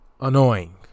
Annoying